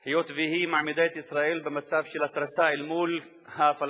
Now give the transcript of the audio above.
היות שהיא מעמידה את ישראל במצב של התרסה אל מול הפלסטינים,